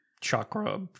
chakra